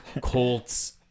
Colts